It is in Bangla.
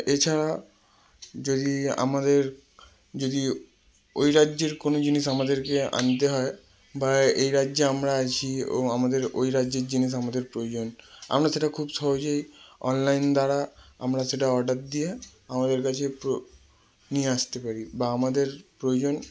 এছাড়া যদি আমাদের যদি ওই রাজ্যের কোনো জিনিস আমাদেরকে আনতে হয় বা এই রাজ্যে আমরা আছি ও আমাদের ওই রাজ্যের জিনিস আমাদের প্রয়োজন আমরা সেটা খুব সহজেই অনলাইন দ্বারা আমরা সেটা অর্ডার দিয়ে আমাদের কাছে নিয়ে আসতে পারি বা আমাদের প্রয়োজন